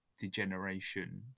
Degeneration